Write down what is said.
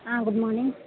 ah good morning